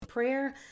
prayer